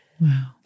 Wow